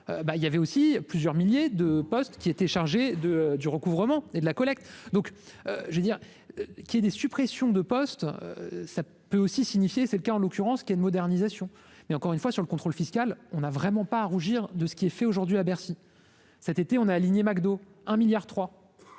il y avait aussi plusieurs milliers de postes qui était chargé de du recouvrement et de la collecte, donc je veux dire qu'il y ait des suppressions de postes, ça peut aussi signifier, c'est le cas en l'occurrence, qui est une modernisation, mais encore une fois sur le contrôle fiscal, on a vraiment pas à rougir de ce qui est fait aujourd'hui à Bercy cet été on a aligné Do un milliard